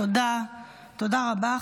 תודה רבה.